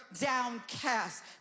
downcast